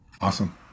Awesome